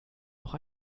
noch